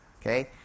Okay